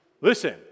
Listen